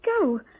go